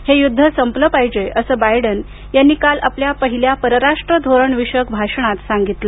हे युद्ध संपलं पाहिजे असं बायडेन यांनी काल आपल्या पहिल्या परराष्ट्र धोरण विषयक भाषणात सांगितलं